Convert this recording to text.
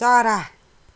चरा